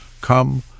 come